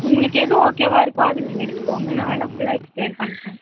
உங்களுக்கு எது ஓகேவாக இருக்கோ அது நீங்கள் எடுத்துக்கங்க நான் வேணுனா ஃபுல்லாக எக்ஸ்ப்ளைன் பண்ணுறேன்